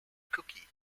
cookie